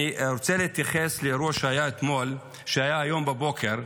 אני רוצה להתייחס לאירוע שהיה היום בבוקר,